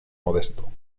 modesto